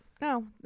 No